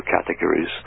categories